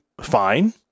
fine